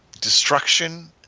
destruction